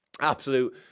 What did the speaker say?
absolute